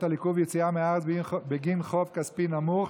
על עיכוב יציאה מהארץ בגין חוב כספי נמוך),